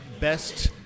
best